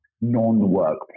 non-workplace